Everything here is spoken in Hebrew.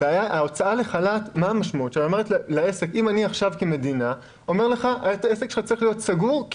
המשמעות של הוצאה לחל"ת היא שאומרים לעסק העסק שלך צריך להיות סגור,